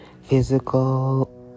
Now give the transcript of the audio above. physical